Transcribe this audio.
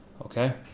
Okay